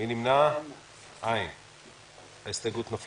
הסתייגות לחלופין 2ב' של קבוצת הרשימה